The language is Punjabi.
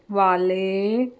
ਵਾਲੇ